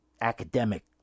academic